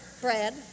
bread